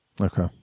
Okay